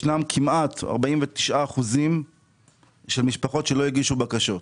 ישנם כמעט 49% של משפחות שלא הגישו בקשות.